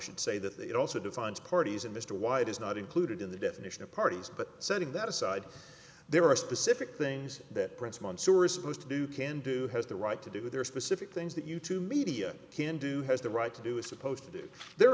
should say that that also defines parties and mr wide is not included in the definition of parties but setting that aside there are specific things that prince monsoor is supposed to do can do has the right to do there are specific things that you two media can do has the right to do is supposed to do there